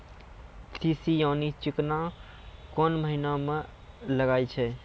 तीसी यानि चिकना कोन महिना म लगाय छै?